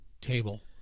table